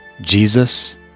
Jesus